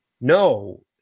No